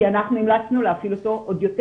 כי אנחנו המלצנו להפעיל אותו עוד יותר